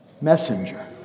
Messenger